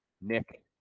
nick